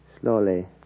Slowly